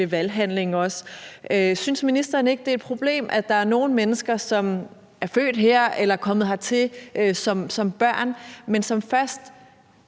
ved valghandlinger. Synes ministeren ikke, at det er et problem, at der er nogle mennesker, som er født her eller er kommet hertil som børn, men som først